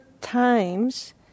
times